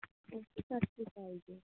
okay ਸਤਿ ਸ਼੍ਰੀ ਅਕਾਲ ਜੀ